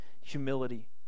humility